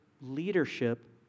leadership